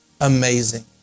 Amazing